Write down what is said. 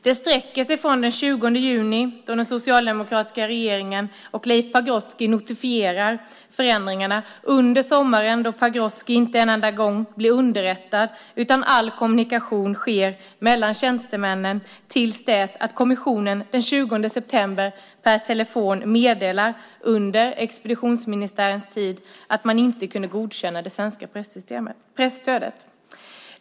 Detta sträcker sig från den 20 juni, då den socialdemokratiska regeringen och Leif Pagrotsky notifierar förändringarna, över sommaren, då Pagrotsky inte en enda gång blir underrättad, utan all kommunikation sker mellan tjänstemännen, och fram till det att kommissionen den 20 september under expeditionsministärens tid per telefon meddelar att man inte kan godkänna det svenska presstödet.